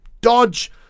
dodge